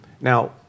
Now